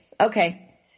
Okay